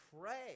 pray